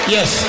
Yes